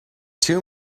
two